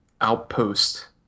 outpost